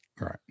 Right